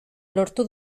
lortu